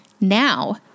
now